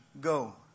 go